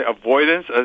avoidance